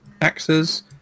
axes